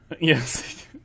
yes